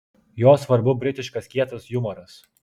jo svarbu britiškas kietas jumoras